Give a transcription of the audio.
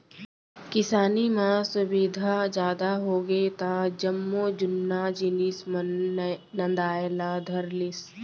किसानी म सुबिधा जादा होगे त जम्मो जुन्ना जिनिस मन नंदाय ला धर लिस